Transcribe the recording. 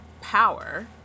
power